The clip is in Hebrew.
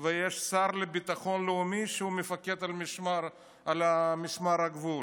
ויש שר לביטחון לאומי שהוא מפקד על משמר הגבול,